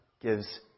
gives